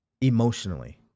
emotionally